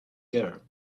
girl